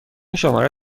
شماره